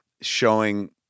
showing